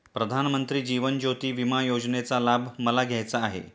प्रधानमंत्री जीवन ज्योती विमा योजनेचा लाभ मला घ्यायचा आहे